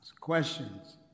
Questions